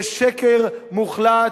זה שקר מוחלט.